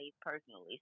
personally